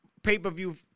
pay-per-view